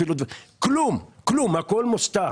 הכל מוסתר.